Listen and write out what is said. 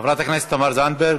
חברת הכנסת תמר זנדברג,